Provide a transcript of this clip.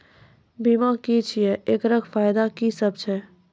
बीमा की छियै? एकरऽ फायदा की सब छै?